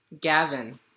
Gavin